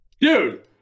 Dude